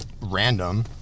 random